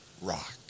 rock